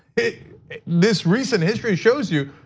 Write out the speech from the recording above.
this recent history shows you,